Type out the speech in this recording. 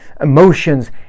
emotions